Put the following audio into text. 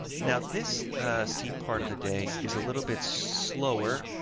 now this a c part of the day is a little bit slower